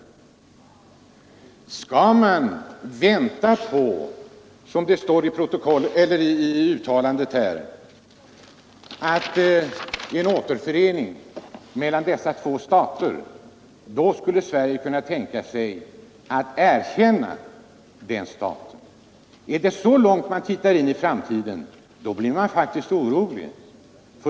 Utskottet skriver i sitt betänkande att Sverige vid en återförening mellan de två staterna i Korea kan tänka sig att erkänna den återförenade staten. Om det är en så långt avlägsen tidpunkt i framtiden som avses, blir man faktiskt orolig.